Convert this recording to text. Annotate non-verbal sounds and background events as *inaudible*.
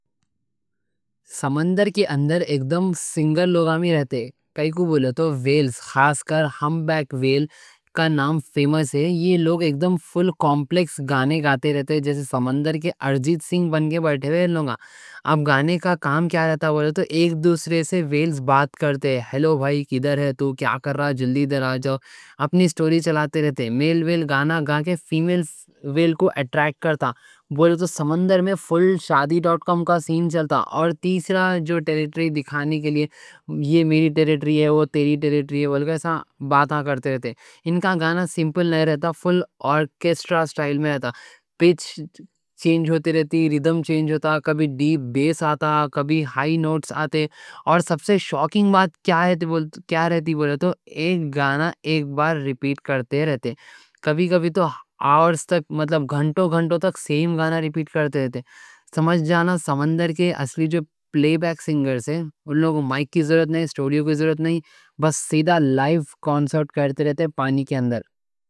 سمندر کے اندر اکدم سنگر لوگا میں رہتے ہیں، کائیں کوں بولے تو ویلز، خاص کر ہم بیک ویلز کا نام فیمس ہے۔ یہ لوگا اکدم فل کمپلیکس گانے گاتے رہتے، جیسے سمندر کے ارجیت سنگ بن کے بیٹھے وے لوگا۔ اب گانے کا کام کیا رہتا بولے تو، ایک دوسرے سے ویلز بات کرتے۔ ہیلو بھائی، کدھر ہے تو؟ کیا کر رہا؟ جلدی ادھر آ جو، اپنی اسٹوری چلاتے رہتے۔ میل ویل گانا گا کے *hesitation* فیمیل ویل کو اٹریکٹ کرتا، بولے تو سمندر میں فل شادی ڈاٹ کم کا سین چلتا۔ اور تیسرا، جو ٹیریٹری دکھانے کے لیے، یہ میری ٹیریٹری ہے وہ تیری ٹیریٹری ہے بولے تو ایسا باتاں کرتے رہتے۔ ان کا گانا سیمپل نئیں رہتا، فل آرکیسٹرا اسٹائل میں رہتا۔ *hesitation* پچ چینج ہوتی رہتی، ریدم چینج ہوتا، کبھی ڈیپ بیس آتا، کبھی ہائی نوٹس آتے، اور سب سے شاکنگ بات کیا رہتی بولے تو *hesitation* ایک گانا ریپیٹ کرتے رہتے۔ کبھی کبھی تو آورز تک، مطلب گھنٹوں گھنٹوں تک، سیم گانا ریپیٹ کرتے رہتے۔ سمجھ جانا، سمندر کے اصلی جو پلے بیک سنگرز ہیں ان لوگوں کو مائک کی ضرورت نئیں، سٹوڈیو کی ضرورت نئیں، بس سیدھا لائیو کانسرٹ کرتے رہتے پانی کے اندر۔